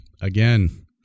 again